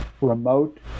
remote